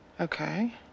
Okay